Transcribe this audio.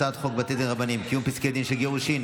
הצעת חוק בתי הדין הרבניים (קיום פסקי דין של גירושין)